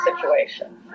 situation